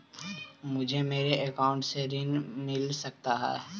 मुझे मेरे अकाउंट से ऋण मिल सकता है?